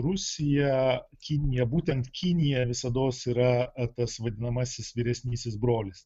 rusija kinija būtent kinija visados yra tas vadinamasis vyresnysis brolis